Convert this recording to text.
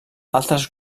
altres